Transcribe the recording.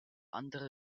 andere